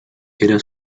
era